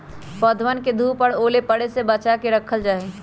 पौधवन के धूप और ओले पड़े से बचा के रखल जाहई